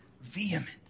vehement